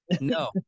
No